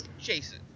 jason